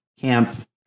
camp